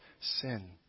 Sin